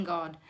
God